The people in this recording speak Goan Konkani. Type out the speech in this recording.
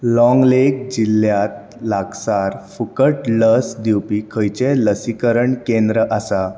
लाँगलेग जिल्ल्यांत लागसार फुकट लस दिवपी खंयचें लसीकरण केंद्र आसा